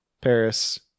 Paris